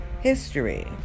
history